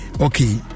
Okay